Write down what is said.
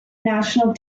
national